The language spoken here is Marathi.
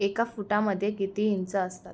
एका फुटामध्ये किती इंच असतात